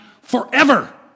forever